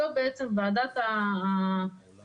זו בעצם ועדת הפינויים,